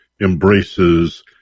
embraces